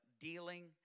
dealing